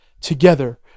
Together